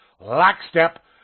lockstep